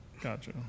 gotcha